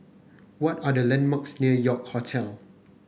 what are the landmarks near York Hotel